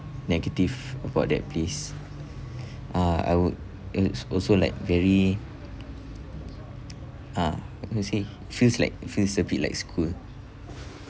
negative about that place uh I would it's also like very uh how to say feels like feels a bit like school